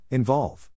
Involve